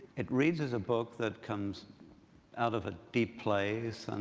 it reads is a book that comes out of a deep place.